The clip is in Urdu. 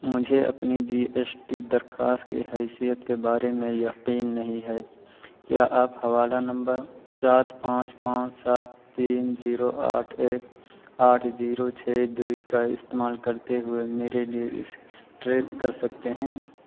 مجھے اپنی جی ایس ٹی درخواست کی حیثیت کے بارے میں یقین نہیں ہے کیا آپ حوالہ نمبر سات پانچ پانچ سات تین زیرو آٹھ ایک آٹھ زیرو چھ دو کا استعمال کرتے ہوئے میرے لیے اس ٹریک کر سکتے ہیں